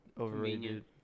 overrated